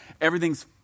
everything's